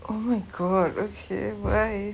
oh my god okay why